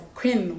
queen